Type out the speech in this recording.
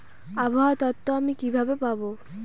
আবহাওয়ার তথ্য আমি কিভাবে পাবো?